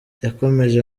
yakomeje